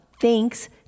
thanks